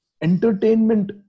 entertainment